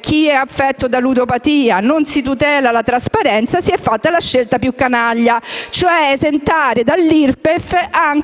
chi è affetto da ludopatia e non si tutela la trasparenza, si è fatta la scelta più canaglia: esentare dall'IRPEF anche